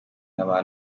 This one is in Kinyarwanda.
n’aba